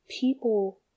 People